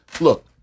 look